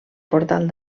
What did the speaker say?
portal